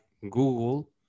Google